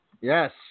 Yes